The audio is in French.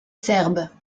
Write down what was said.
serbe